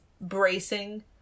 bracing